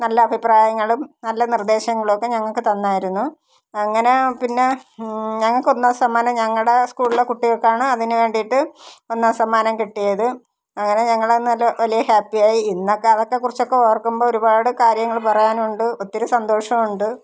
നല്ല അഭിപ്രായങ്ങളും നല്ല നിർദ്ദേശങ്ങളും ഒക്കെ ഞങ്ങൾക്ക് തന്നായിരുന്നു അങ്ങനെ പിന്നെ ഞങ്ങൾക്ക് ഒന്നാം സമ്മാനം ഞങ്ങളുടെ സ്കൂളിലെ കുട്ടികൾക്കാണ് അതിന് വേണ്ടിയിട്ട് ഒന്നാം സമ്മാനം കിട്ടിയത് അങ്ങനെ ഞങ്ങളന്ന് വലിയ ഹാപ്പിയായി ഇന്ന് അതൊക്കെ കുറിച്ച് ഓർക്കുമ്പോൾ ഒരുപാട് കാര്യങ്ങൾ പറയാനുണ്ട് ഒത്തിരി സന്തോഷമുണ്ട്